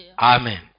Amen